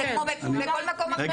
זה כמו בכל מקום אחר.